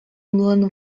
млин